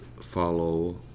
follow